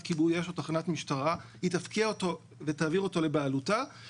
כיבוי אש ותחנת משטרה ותעביר אותו לבעלותה,